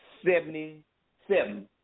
Seventy-seven